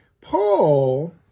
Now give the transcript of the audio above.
Paul